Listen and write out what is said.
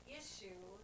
issue